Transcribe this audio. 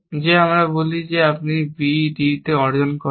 যে আমরা বলি আপনি b d এ অর্জন করেন